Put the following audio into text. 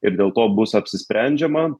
ir dėl to bus apsisprendžiama